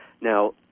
Now